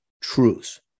truths